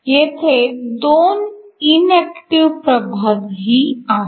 येथे दोन इनऍक्टिव्ह प्रभागही आहेत